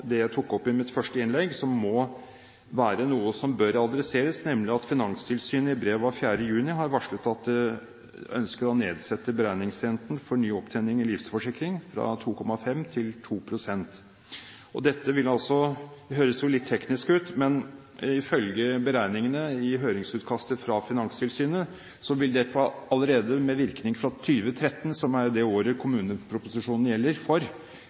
det jeg tok opp i mitt første innlegg, som må være noe som bør adresseres – og si at Finanstilsynet i brev av 4. juni har varslet at det ønsker å sette ned beregningsrenten for ny opptjening i livsforsikring fra 2,5 pst. til 2 pst. Dette høres litt teknisk ut, men ifølge beregningene i høringsutkastet fra Finanstilsynet vil det allerede med virkning fra 2013 – som er det året som kommuneproposisjonen gjelder for